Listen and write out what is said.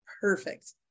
perfect